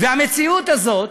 והמציאות הזאת